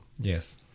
Yes